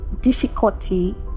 difficulty